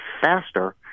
faster